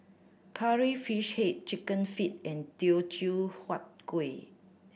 Curry Fish Head Chicken Feet and Teochew Huat Kueh